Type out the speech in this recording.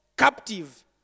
captive